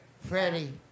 Freddie